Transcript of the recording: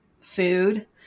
food